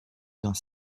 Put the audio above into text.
dans